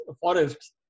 forests